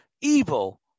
evil